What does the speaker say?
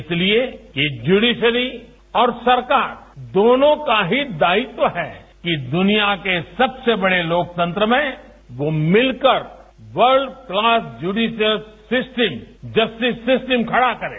इसलिए ये ज्यूडिशरी और सरकार दोनों का ही दायित्व है कि दुनिया के सबसे बड़े लोकतंत्र में वो मिलकर world class judicial system justice system खड़ा करें